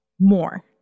more